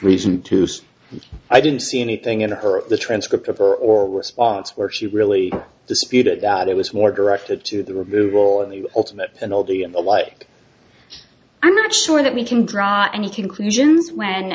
reason to say i didn't see anything in her the transcript of her or response where she really disputed that it was more directed to the removal of the ultimate penalty and the like i'm not sure that we can draw any conclusions when